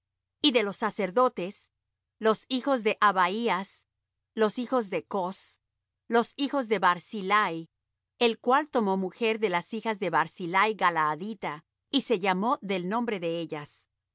y de los sacerdotes los hijos de habaías los hijos de cos los hijos de barzillai el cual tomó mujer de las hijas de barzillai galaadita y se llamó del nombre de ellas